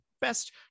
best